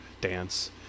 dance